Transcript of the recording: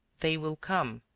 they will come,